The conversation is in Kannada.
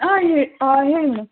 ಹಾಂ ಹೇಳಿ ಮೇಡಮ್